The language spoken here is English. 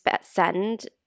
send